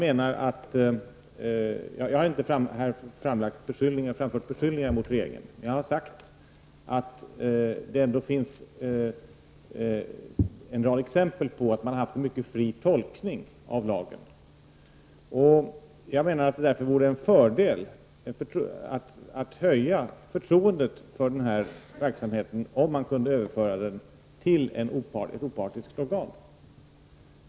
Jag har inte framfört några beskyllningar mot regeringen, men jag har sagt att det ändå finns en rad exempel på att regeringen har gjort en mycket fri tolkning av lagen. Jag menar därför att det vore en fördel om vi kunde höja förtroendet för den här verksamheten genom att överföra den till ett opartiskt organ.